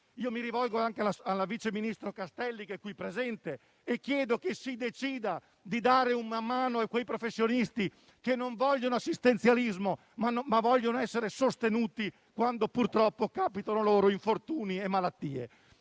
Mi rivolgo anche alla vice ministro Castelli, qui presente, e chiedo che si decida di dare una mano a quei professionisti che non vogliono assistenzialismo, ma vogliono essere sostenuti quando purtroppo capitano loro infortuni e malattie.